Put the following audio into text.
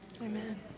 Amen